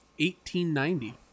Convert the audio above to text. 1890